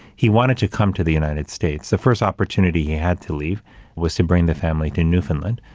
he wanted to come to the united states. the first opportunity he had to leave was to bring the family to newfoundland,